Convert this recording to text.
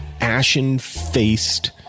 ashen-faced